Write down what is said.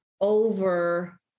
over